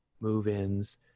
move-ins